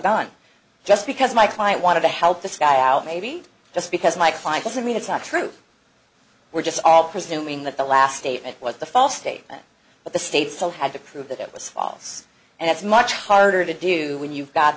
gun just because my client wanted to help this guy out maybe just because my client doesn't mean it's not true we're just all presuming that the last statement was the false statement but the state still had to prove that it was false and it's much harder to do when you've got